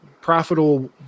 profitable